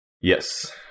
yes